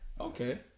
Okay